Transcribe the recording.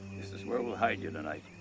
this is where we'll hide you tonight.